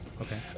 Okay